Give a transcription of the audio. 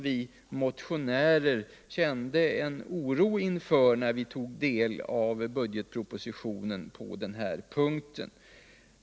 Vi motionärer kände en viss oro för det, när vi tog del av budgetpropositionen på den här punkten.